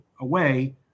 away